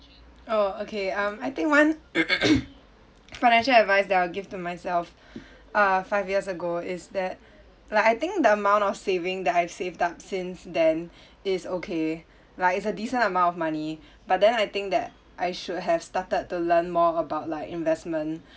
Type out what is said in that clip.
oh okay um I think one financial advice that I give to myself uh five years ago is that like I think the amount I was saving that I've saved up since then is okay like is a decent amount of money but then I think that I should have started to learn more about like investment